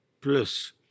plus